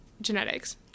genetics